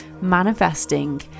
manifesting